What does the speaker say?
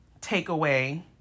takeaway